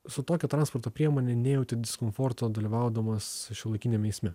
su tokia transporto priemone nejauti diskomforto dalyvaudamas šiuolaikiniam eisme